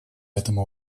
этому